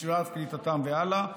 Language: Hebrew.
משלב כניסתם והלאה.